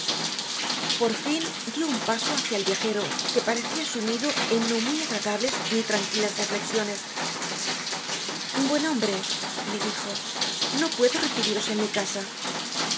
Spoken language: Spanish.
por fin dió un paso hacia el viajero que parecia sumido en no muy agradables ni tranquilas reflexiones buen hombre le dijo no puedo recibiros en mi casa el